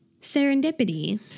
serendipity